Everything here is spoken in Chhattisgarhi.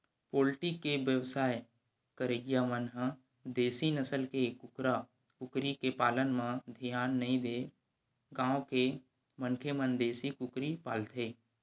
पोल्टी के बेवसाय करइया मन ह देसी नसल के कुकरा कुकरी के पालन म धियान नइ देय गांव के मनखे मन देसी कुकरी पालथे